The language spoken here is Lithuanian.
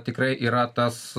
tikrai yra tas